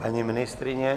Paní ministryně?